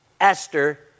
Esther